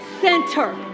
center